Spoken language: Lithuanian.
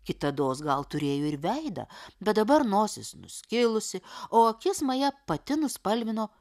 kitados gal turėjo ir veidą bet dabar nosis nuskilusi o akis maja pati nuspalvino